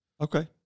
Okay